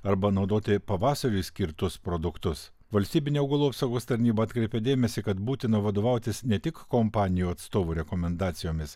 arba naudoti pavasariui skirtus produktus valstybinė augalų apsaugos tarnyba atkreipė dėmesį kad būtina vadovautis ne tik kompanijų atstovų rekomendacijomis